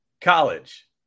College